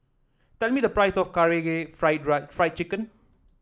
tell me the price of Karaage Fry Fry Chicken